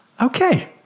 Okay